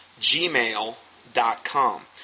gmail.com